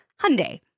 Hyundai